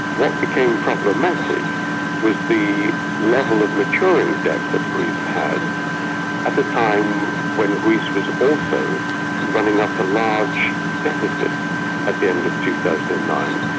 what became problematic was the level of maturing debt that greece had at a time when greece was also running up a large deficit at the end of two thousand and nine.